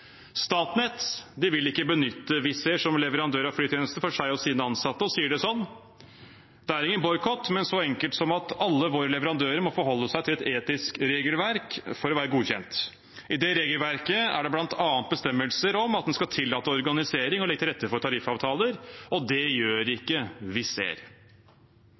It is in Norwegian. Statnett vil ikke benytte Wizz Air som leverandør av flytjenester for seg og sine ansatte og sier det sånn: «Det er ingen boikott, men så enkelt som at alle våre leverandører må forholde seg til et etisk regelverk for å være godkjent. I det regelverket er det blant annet bestemmelser om at en skal tillate organisering og legge til rette for tariffavtaler. Og det gjør ikke